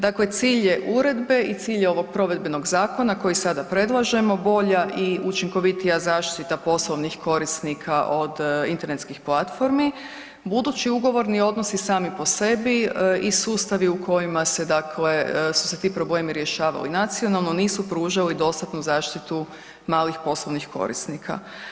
Dakle cilj je uredbe i cilj je ovog provedbenog zakona koji sada predlažemo bolja i učinkovitija zaštita poslovnih korisnika od internetskih platformi, budući ugovorni odnosi sami po sebi i sustavi u kojima su se ti problemi rješavali nacionalno nisu pružali dostatnu zaštitu malih poslovnih korisnika.